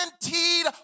guaranteed